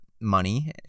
money